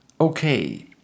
Okay